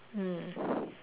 mm